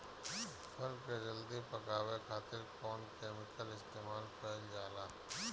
फल के जल्दी पकावे खातिर कौन केमिकल इस्तेमाल कईल जाला?